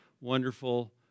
wonderful